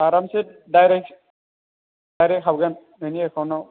आरामसे direct direct हाबगोन नोंनि एकाउन्टआव